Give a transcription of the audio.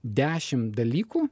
dešimt dalykų